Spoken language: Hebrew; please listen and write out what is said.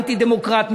אנטי-דמוקרט,